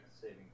saving